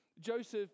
Joseph